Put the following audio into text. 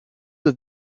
that